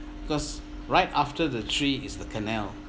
because right after the tree is the canal